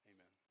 Amen